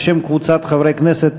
בשם קבוצת חברי כנסת,